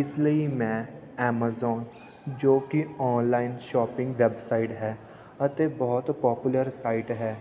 ਇਸ ਲਈ ਮੈਂ ਐਮਾਜ਼ੋਨ ਜੋ ਕਿ ਔਨਲਾਈਨ ਸ਼ਾਪਿੰਗ ਵੈਬਸਾਈਟ ਹੈ ਅਤੇ ਬਹੁਤ ਪਾਪੂਲਰ ਸਾਈਟ ਹੈ